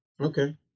Okay